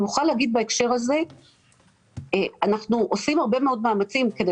אני מוכרחה לומר בהקשר הזה שאנחנו עושים הרבה מאוד מאמצים כדי